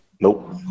Nope